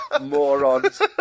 Morons